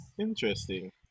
Interesting